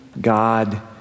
God